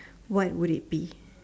what would it be